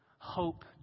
Hope